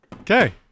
Okay